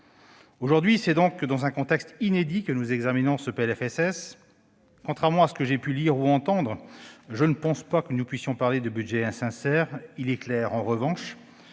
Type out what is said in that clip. Aujourd'hui, c'est donc dans un contexte inédit que nous examinons ce PLFSS. Contrairement à ce que j'ai pu lire ou entendre, je ne pense pas que nous puissions parler de budget « insincère ». Avec le rebond